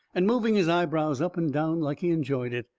and moving his eyebrows up and down like he enjoyed it.